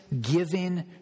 giving